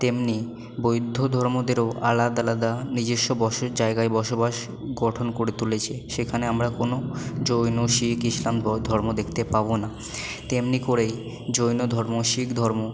তেমনি বৌদ্ধ ধর্মদেরও আলাদা আলাদা নিজস্ব বসত জায়গায় বসবাস গঠন করে তুলেছে সেখানে আমরা কোনো জৈন শিখ ইসলাম ধর্ম দেখতে পাবো না তেমনি করেই জৈন ধর্ম শিখ ধর্ম